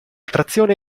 trazione